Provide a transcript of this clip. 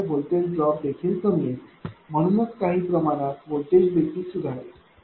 त्यामुळे voltage drop देखील कमी असेल म्हणूनच काही प्रमाणात व्होल्टेज देखील सुधारेल